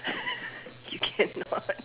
you cannot